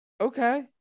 Okay